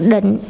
Định